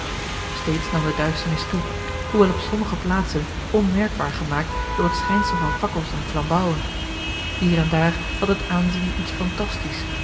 steeds nam de duisternis toe hoewel op sommige plaatsen onmerkbaar gemaakt door het schijnsel van fakkels en flambouwen hier en daar had het aanzien iets fantastisch